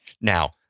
Now